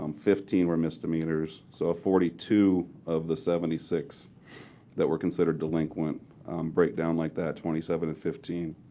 um fifteen were misdemeanors. so ah forty two of the seventy six that were considered delinquent break down like that, twenty seven and fifteen.